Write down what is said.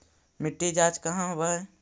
मिट्टी जाँच कहाँ होव है?